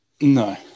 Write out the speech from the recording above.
No